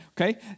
Okay